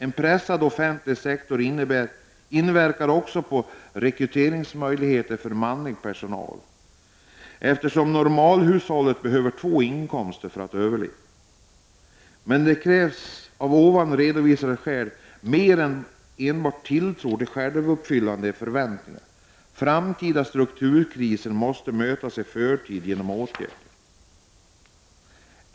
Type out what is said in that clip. En pressad offentlig sektor inverkar också på rekryteringsmöjligheterna för manlig personal, eftersom normalhushållet behöver två inkomster för att överleva. Men det krävs av de redovisade skälen mer än enbart tilltro till självuppfyllande förväntningar. Framtida strukturkriser måste mötas i förtid med åtgärder.